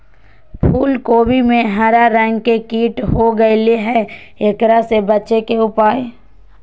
फूल कोबी में हरा रंग के कीट हो गेलै हैं, एकरा से बचे के उपाय?